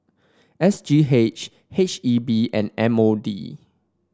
S G H H E B and M O D